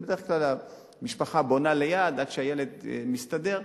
בדרך כלל המשפחה בונה ליד, עד שהילד מסתדר.